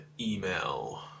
email